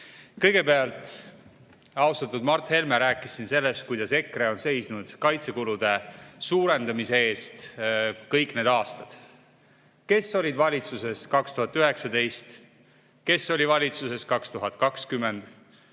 Kõigepealt rääkis austatud Mart Helme siin sellest, kuidas EKRE on seisnud kaitsekulude suurendamise eest kõik need aastad. Kes olid valitsuses 2019, kes olid valitsuses 2020